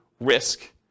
risk